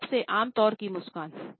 छह सबसे आम प्रकार की मुस्कान